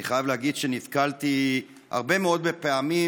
אני חייב להגיד שנתקלתי הרבה מאוד פעמים